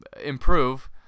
improve